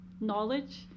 knowledge